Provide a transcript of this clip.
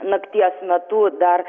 nakties metu dar